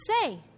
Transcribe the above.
say